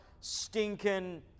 stinking